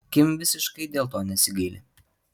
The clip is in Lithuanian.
kim visiškai dėl to nesigaili